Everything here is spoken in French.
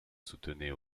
soutenaient